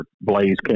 blaze